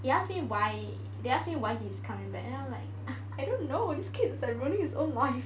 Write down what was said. they ask me why they ask me why he is coming back you know like I don't know he just keeps like ruining his own life